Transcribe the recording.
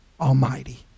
Almighty